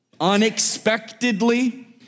unexpectedly